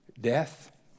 death